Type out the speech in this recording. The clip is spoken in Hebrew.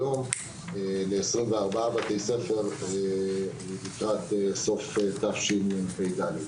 כיום ל-24 בתי ספר לקראת סוף שנת תשפ״ד.